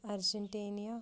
Argentina